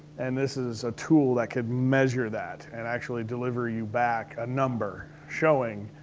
and this is a tool that could measure that and actually deliver you back a number showing,